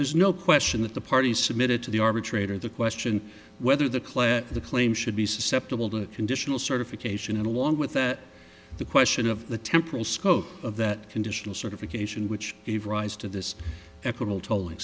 there's no question that the parties submitted to the arbitrator the question whether the claim the claim should be susceptible to conditional certification along with that the question of the temporal scope of that conditional certification which gave rise to this equitable to